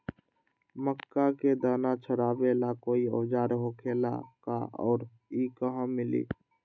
मक्का के दाना छोराबेला कोई औजार होखेला का और इ कहा मिली?